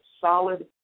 solid